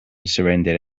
surrendered